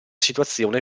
situazione